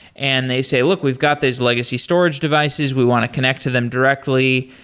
and they say, look. we've got this legacy storage devices. we want to connect to them directly.